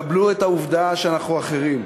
קבלו את העובדה שאנחנו אחרים.